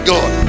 God